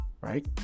right